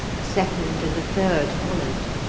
a second and a third followed.